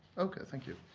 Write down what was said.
okay, thank you.